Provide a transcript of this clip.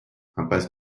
impasse